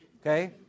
okay